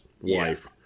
wife